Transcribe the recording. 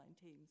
teams